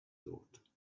thought